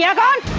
yeah god.